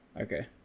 Okay